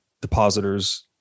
depositors